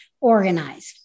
organized